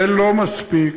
זה לא מספיק,